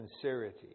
sincerity